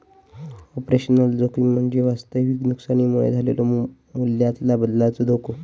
operational जोखीम म्हणजे वास्तविक नुकसानीमुळे झालेलो मूल्यातला बदलाचो धोको